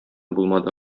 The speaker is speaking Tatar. булмады